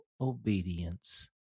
obedience